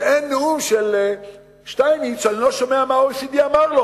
ואין נאום של שטייניץ שאני לא שומע מה ה-OECD אמר לו.